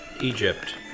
Egypt